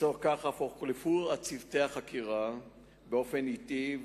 לצורך כך אף הוחלפו צוותי החקירה באופן אטי,